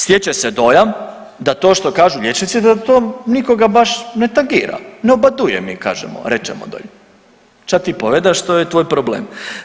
Stječe se dojam da to što kažu liječnici da to nikoga baš ne tangira, ne obadujam mi kažemo, rečemo dolje, ča ti povedaš to je tvoj problem.